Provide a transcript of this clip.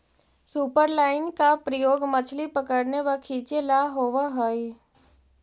superline का प्रयोग मछली पकड़ने व खींचे ला होव हई